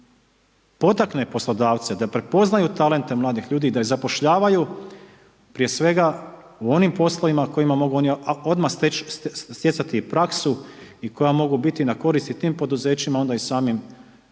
se potakne poslodavce da prepoznaju talente mladih ljudi i da ih zapošljavaju prije svega, u onim poslovima, u kojima oni odmah stjecati praksu i koja mogu biti na korist i tim poduzećima onda i samim